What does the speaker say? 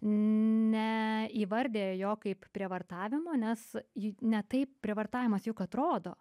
neįvardija jo kaip prievartavimo nes j ne taip prievartavimas juk atrodo